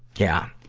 yeah.